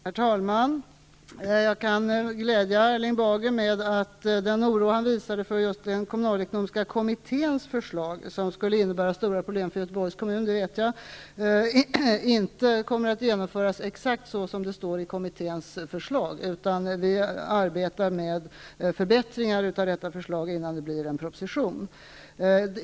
Herr talman! Jag kan glädja Erling Bager -- med anledning av den oro som han visade för kommunalekonomiska kommitténs förslag, som jag vet innebär stora problem för Göteborgs kommun -- med att dess förslag inte kommer att genomföras exakt som det är utformat i kommittén. Vi arbetar med förbättringar av detta förslag innan det leder till en proposition.